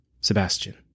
Sebastian